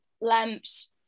lamps